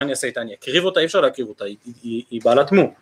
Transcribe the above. מה אני אעשה איתה? אני אקריב אותה? אי אפשר להקריב אותה, היא בעלת מום